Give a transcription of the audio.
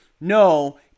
no